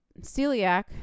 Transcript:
celiac